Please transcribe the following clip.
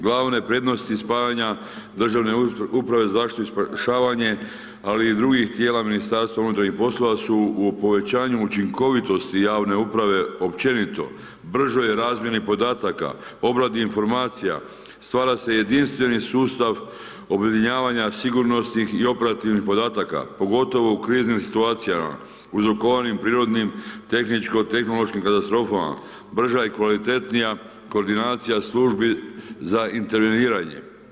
Glavne prednosti spajanja Državne uprave za zaštitu i spašavanje, ali i drugih tijela MUP-a su u povećanju učinkovitosti javne uprave općenito, bržoj razmjeni podataka, obradi informacija, stvara se jedinstveni sustav objedinjavanja sigurnosnih i operativnih podataka, pogotovo u kriznim situacijama uzrokovanih prirodnim tehničko tehnološkim katastrofama, brža i kvalitetnija koordinacija službi za interveniranje.